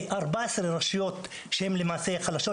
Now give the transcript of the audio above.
14 רשויות חלשות